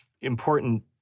important